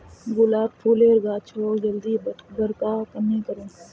गुलाब फूलेर गाछोक जल्दी बड़का कन्हे करूम?